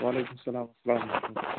وعلیکُم السلام السلام علیکُم